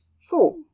Four